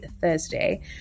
Thursday